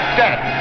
death